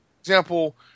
example